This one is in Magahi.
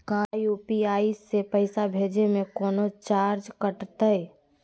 का यू.पी.आई से पैसा भेजे में कौनो चार्ज कटतई?